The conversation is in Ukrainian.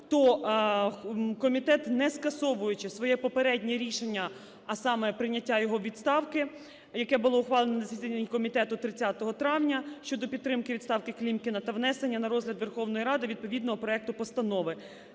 то комітет, не скасовуючи своє попереднє рішення, а саме прийняття його відставки, яке було ухвалено на засіданні комітету 30 травня, щодо підтримки відставки Клімікіна та внесення на розгляд Верховної Ради відповідного проекту постанови…